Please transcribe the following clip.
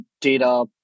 data